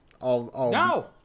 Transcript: No